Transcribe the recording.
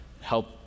help